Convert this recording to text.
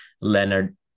leonard